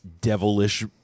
devilish